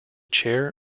chair